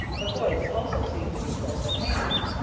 the voice also seemed to be close at hand.